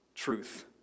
truth